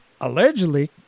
allegedly